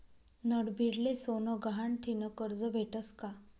नडभीडले सोनं गहाण ठीन करजं भेटस का?